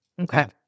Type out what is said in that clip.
okay